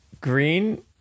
green